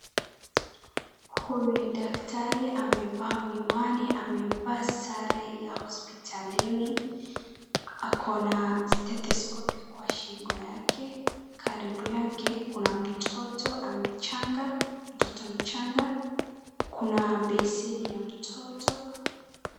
Huyu ni daktari amevaa miwani, amevaa sure ya hospitalini akona stethoscopi kwa shingo yake , karibu yake kuna mtoto mchanga ,kuna besini ya mtoto.